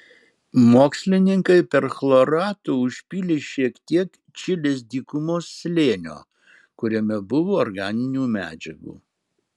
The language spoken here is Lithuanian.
mokslininkai perchloratu užpylė šiek tiek čilės dykumos slėnio kuriame buvo organinių medžiagų